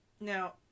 Now